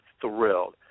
thrilled